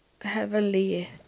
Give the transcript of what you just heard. heavenly